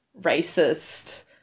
racist